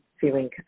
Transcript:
feeling